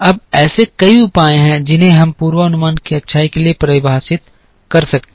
अब ऐसे कई उपाय हैं जिन्हें हम पूर्वानुमान की अच्छाई के लिए परिभाषित कर सकते हैं